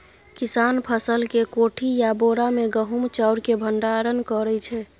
किसान फसल केँ कोठी या बोरा मे गहुम चाउर केँ भंडारण करै छै